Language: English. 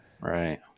right